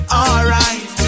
alright